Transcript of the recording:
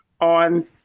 on